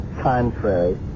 contrary